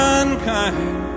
unkind